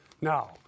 now